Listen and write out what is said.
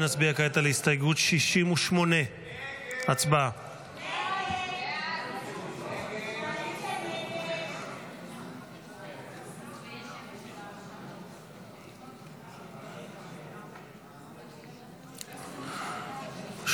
נצביע כעת על הסתייגות 68. הצבעה.